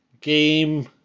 game